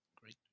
Great